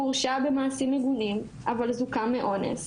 הוא הורשע במעשים מגונים, אבל זוכה מאונס.